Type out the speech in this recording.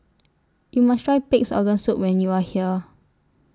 YOU must Try Pig'S Organ Soup when YOU Are here